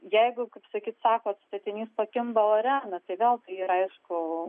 jeigu kaip sakyt sakot statinys pakimba ore tai gal tai yra aišku